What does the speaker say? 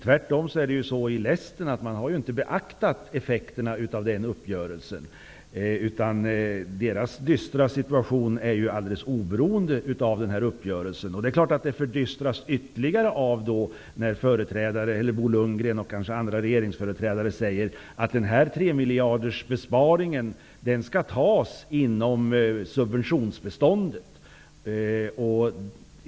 Tvärtom har man i fallet Lästen inte beaktat effekterna av den uppgörelsen, utan Lästens dystra situation är alldeles oberoende av uppgörelsen. Situationen blir naturligtvis ännu dystrare när Bo Lundgren och kanske också andra regeringsföreträdare säger att besparingen om 3 miljarder skall göras inom subventionsbeståndet.